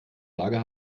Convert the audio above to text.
lager